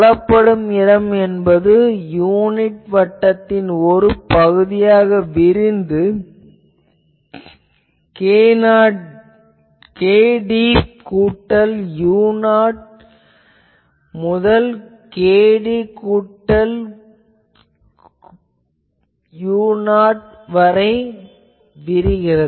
புலப்படும் இடம் எனபது யூனிட் வட்டத்தின் ஒரு பகுதியாக விரிந்து மைனஸ் kd கூட்டல் u0 முதல் k0d கூட்டல் u0 வரை ஆகும்